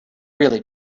really